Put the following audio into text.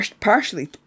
partially